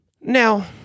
now